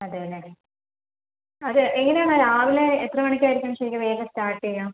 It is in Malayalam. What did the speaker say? അതെ അല്ലേ അതെ എങ്ങനെയാണു രാവിലെ എത്ര മണിക്കായിരിക്കും ശരിക്കും വേല സ്റ്റാർട്ട് ചെയ്യുക